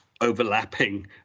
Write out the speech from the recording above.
overlapping